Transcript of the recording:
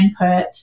input